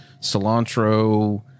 cilantro